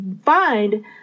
find